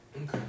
Okay